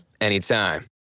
anytime